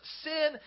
sin